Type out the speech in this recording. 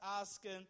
asking